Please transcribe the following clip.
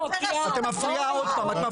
את מפריעה עוד פעם.